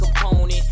component